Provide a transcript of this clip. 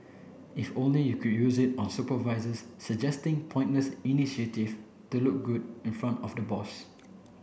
if only you could use it on supervisors suggesting pointless initiative to look good in front of the boss